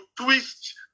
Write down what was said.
twist